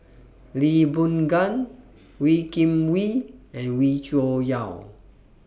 Lee Boon Ngan Wee Kim Wee and Wee Cho Yaw